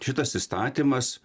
šitas įstatymas